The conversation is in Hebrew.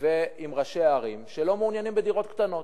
ועם ראשי הערים שלא מעוניינים בדירות קטנות.